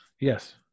Yes